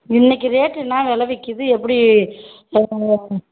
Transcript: இன்றைக்கி ரேட்டு என்ன விலை விற்கிது எப்படி அதுக்கு நாங்கள்